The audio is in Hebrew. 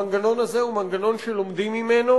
המנגנון הזה הוא מנגנון שלומדים ממנו,